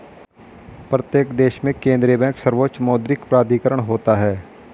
प्रत्येक देश में केंद्रीय बैंक सर्वोच्च मौद्रिक प्राधिकरण होता है